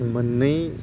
मोननै